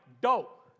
dope